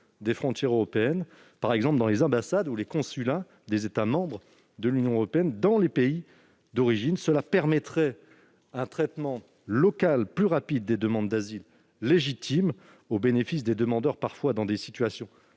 des frontières européennes, par exemple dans les ambassades et les consulats des États membres de l'Union européenne situés dans les pays d'origine ? Cela permettrait un traitement local plus rapide des demandes d'asile légitimes au bénéfice des demandeurs se trouvant parfois dans des situations